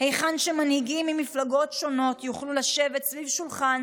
היכן שמנהיגים ממפלגות שונות יוכלו לשבת סביב שולחן